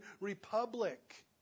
republic